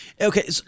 Okay